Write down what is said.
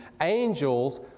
Angels